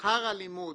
שכר הלימוד